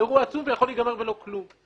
זה יכול להיגמר בלא כלום.